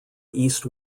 east